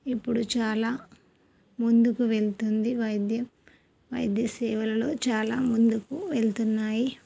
ఇప్పుడు చాలా ముందుకు వెళ్తుంది వైద్యం వైద్య సేవలలో చాలా ముందుకు వెళ్తున్నాయి